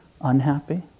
unhappy